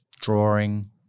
drawing